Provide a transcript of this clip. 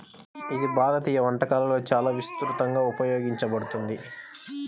ఇది భారతీయ వంటకాలలో చాలా విస్తృతంగా ఉపయోగించబడుతుంది